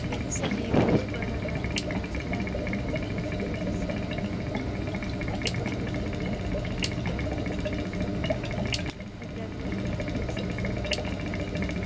मिगी संगीत बिच्च बड़ा ज्यादा इंटरेटस्ट ऐ मैं ग्रेजुएशन बिच्च संगीत पढ़ेआ होर मिगी ओह्दे बिच्च बड़ा इंटरेस्ट ऐ में संगीत सिक्खना चाह्न्नी में ग्रेजुएशन कंप्लीट संगीत बिच्च कीती